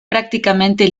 prácticamente